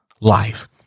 life